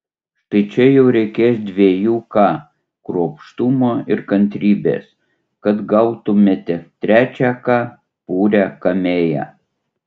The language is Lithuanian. štai čia jau reikės dviejų k kruopštumo ir kantrybės kad gautumėte trečią k purią kamėją